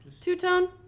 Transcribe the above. Two-tone